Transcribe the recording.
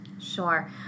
Sure